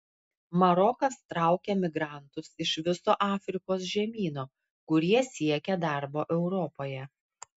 marokas traukia migrantus iš viso afrikos žemyno kurie siekia darbo europoje